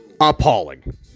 appalling